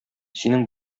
синең